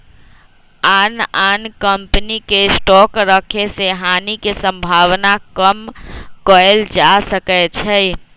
आन आन कम्पनी के स्टॉक रखे से हानि के सम्भावना कम कएल जा सकै छइ